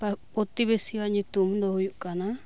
ᱯᱟᱲᱟ ᱯᱨᱚᱛᱤᱵᱮᱥᱤ ᱧᱩᱛᱩᱢ ᱫᱚ ᱦᱳᱭᱳᱜ ᱠᱟᱱᱟ